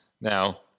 Now